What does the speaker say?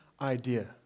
idea